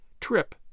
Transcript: trip